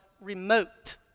remote